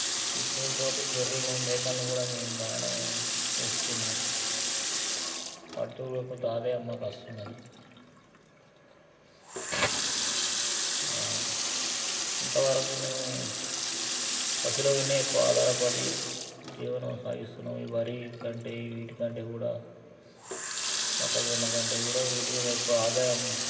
వీటితో పాటు గొర్రెలను మేకలను కూడా మేము బాగానే పెంచుతున్నాము వాటితో కూడా కొంచెం ఆదాయం మాకు వస్తున్నది ఇంత వరకు మేము పశువుల మీదనే ఎక్కువ ఆధారపడి జీవనం సాగిస్తున్నాము ఈ వరి వీటికంటే కూడా మొక్కజొన్న కంటే కూడా వీటి మీదనే ఎక్కువ ఆదాయం